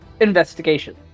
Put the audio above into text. Investigation